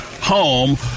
home